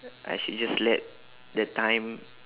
I should just let the time